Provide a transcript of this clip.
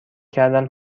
کردم